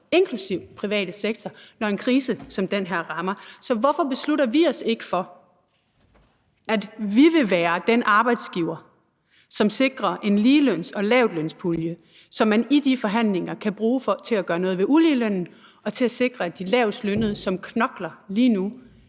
inklusive den private sektor, når en krise som den her rammer. Så hvorfor beslutter vi os ikke for, at vi vil være den arbejdsgiver, som sikrer en ligeløns- og lavtlønspulje, så man i de forhandlinger kan bruge den til at gøre noget ved uligelønnen og til at sikre, at de lavestlønnede, som knokler lige nu,